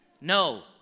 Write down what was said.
No